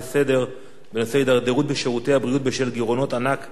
בנושא: הידרדרות בשירותי הבריאות בשל גירעונות ענק בתקציב קופות-החולים,